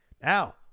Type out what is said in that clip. now